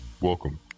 Welcome